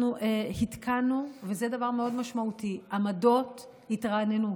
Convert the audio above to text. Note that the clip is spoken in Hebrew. אנחנו התקנו עמדות התרעננות,